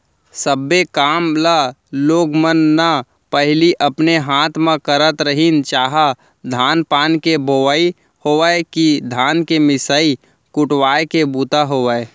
सब्बे काम ल लोग मन न पहिली अपने हाथे म करत रहिन चाह धान पान के बोवई होवय कि धान के मिसाय कुटवाय के बूता होय